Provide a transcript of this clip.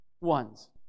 ones